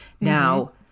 Now